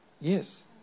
yes